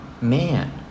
Man